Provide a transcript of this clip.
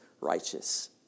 righteous